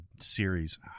series